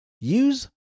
use